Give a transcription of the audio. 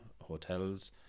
hotels